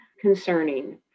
concerning